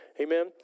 Amen